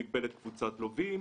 מגבלת קבוצת לווים,